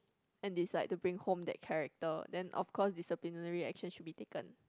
and decide to bring home that character then of course disciplinary action should be taken